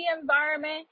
environment